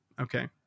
Okay